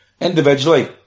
individually